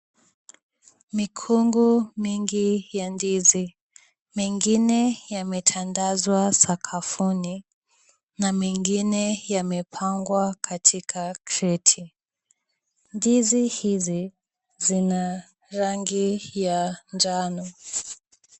Mikungu mingi ya ndizi. Mengine yametandazwa sakafuni na mengine yamepangwa katika kreti. Ndizi hizi zina rangi ya njano.